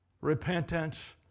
repentance